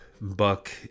Buck